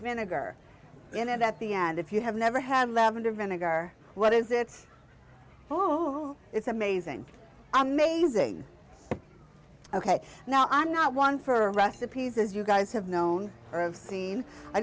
vinegar in it at the end if you have never had lavender vinegar what is it oh it's amazing amazing ok now i'm not one for recipes as you guys have known or of seen i